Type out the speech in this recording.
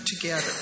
together